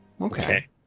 Okay